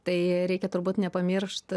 tai reikia turbūt nepamiršt